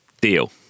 Deal